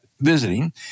Visiting